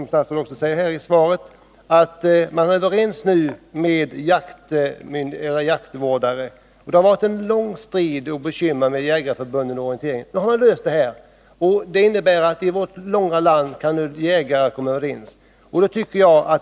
Statsrådet säger i svaret att man nu är överens efter en lång strid med Jägareförbundet och Orienteringsförbundet. I vårt avlånga land kan jägarna alltså nu komma överens.